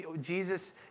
Jesus